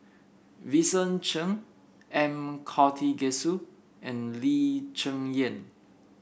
Vincent Cheng M Karthigesu and Lee Cheng Yan